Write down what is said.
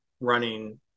running